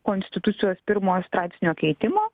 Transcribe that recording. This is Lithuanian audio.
konstitucijos pirmojo straipsnio keitimo